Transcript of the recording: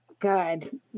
Good